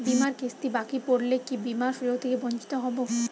বিমার কিস্তি বাকি পড়লে কি বিমার সুযোগ থেকে বঞ্চিত হবো?